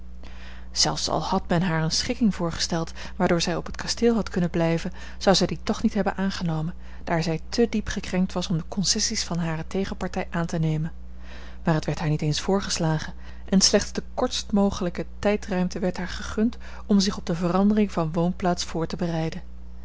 zelfs al had men haar eene schikking voorgesteld waardoor zij op het kasteel had kunnen blijven zou zij die toch niet hebben aangenomen daar zij te diep gekrenkt was om concessies van hare tegenpartij aan te nemen maar het werd haar niet eens voorgeslagen en slechts de kortstmogelijke tijdruimte werd haar gegund om zich op de verandering van woonplaats voor te bereiden